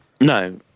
No